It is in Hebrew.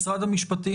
משרד המשפטים,